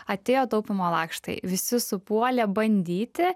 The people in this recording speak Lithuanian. atėjo taupymo lakštai visi supuolė bandyti